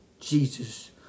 Jesus